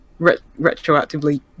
retroactively